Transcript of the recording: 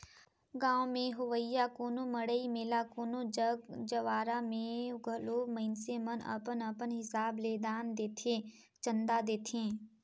गाँव में होवइया कोनो मड़ई मेला कोनो जग जंवारा में घलो मइनसे मन अपन अपन हिसाब ले दान देथे, चंदा देथे